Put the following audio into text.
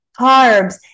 carbs